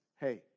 hey